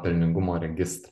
pelningumo registrą